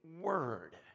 word